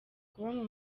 kuba